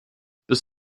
bis